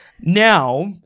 now